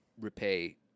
repay